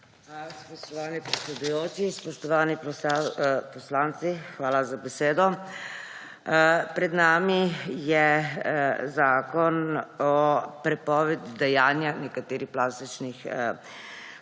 spoštovani predsedujoči. Spoštovani poslanci, hvala za besedo! Pred nami je zakon o prepovedi dajanja nekaterih plastičnih